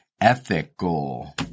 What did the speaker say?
ethical